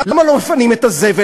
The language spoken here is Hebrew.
למה לא מפנים את הזבל?